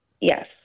Yes